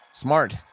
Smart